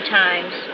times